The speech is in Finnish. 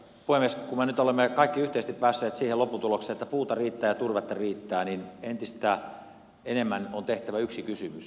kun me nyt olemme kaikki yhteisesti päässeet siihen lopputulokseen että puuta riittää ja turvetta riittää niin entistä enemmän on tehtävä yksi kysymys